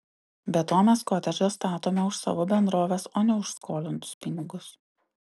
be to mes kotedžą statome už savo bendrovės o ne už skolintus pinigus